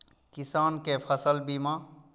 किसान कै फसल बीमा?